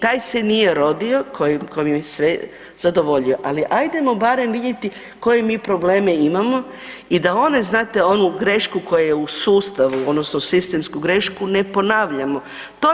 Taj se nije rodio koji je sve zadovoljio, ali ajdemo barem vidjeti koje mi probleme imamo i da one znate onu grešku koja je u sustavu odnosno sistemsku grešku ne ponavljamo.